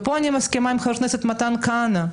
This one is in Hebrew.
ופה אני מסכימה עם חבר הכנסת מתן כהנא.